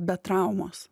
be traumos